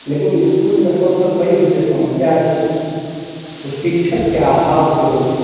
लेकिन इसकुलमे सबसे पैघ जे समस्या छै ओ शिक्षक के अभाव सेहो छै